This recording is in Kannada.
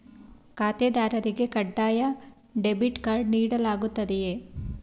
ಖಾತೆದಾರರಿಗೆ ಕಡ್ಡಾಯ ಡೆಬಿಟ್ ಕಾರ್ಡ್ ನೀಡಲಾಗುತ್ತದೆಯೇ?